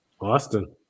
Austin